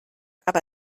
aber